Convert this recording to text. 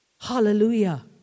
hallelujah